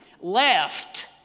left